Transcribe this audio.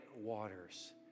waters